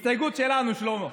הסתייגות שלנו, שלמה.